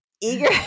eager